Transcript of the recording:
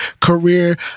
career